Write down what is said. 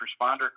responder